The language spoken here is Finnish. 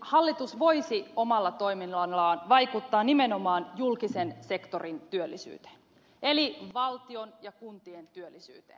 hallitus voisi omalla toiminnallaan vaikuttaa nimenomaan julkisen sektorin työllisyyteen eli valtion ja kuntien työllisyyteen